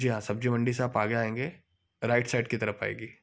जी हाँ सब्जी मंडी से आप आगे आएँगे राइट साइड की तरफ आएगी